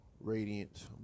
Radiant